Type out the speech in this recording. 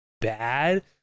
bad